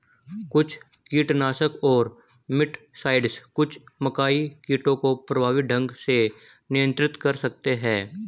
कुछ कीटनाशक और मिटसाइड्स कुछ मकई कीटों को प्रभावी ढंग से नियंत्रित कर सकते हैं